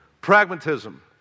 Pragmatism